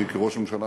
אני כראש הממשלה,